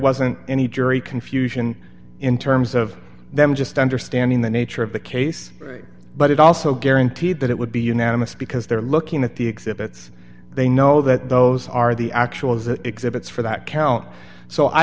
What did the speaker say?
wasn't any jury confusion in terms of them just understanding the nature of the case but it also guaranteed that it would be unanimous because they're looking at the exhibits they know that those are the actual exhibits for that count so i